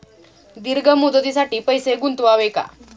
दीर्घ मुदतीसाठी पैसे गुंतवावे का?